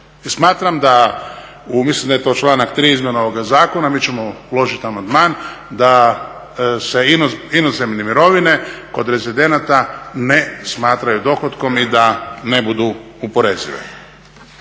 smatram da umjesto da je to članak 3. izmjena ovoga zakona mi ćemo uložiti amandman da se inozemne mirovine od rezidenata ne smatraju dohotkom i da ne budu oporezive.